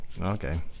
Okay